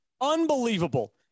unbelievable